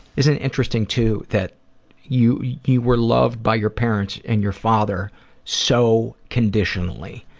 isn't it interesting too that you you were loved by your parents and your father so conditionally?